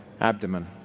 abdomen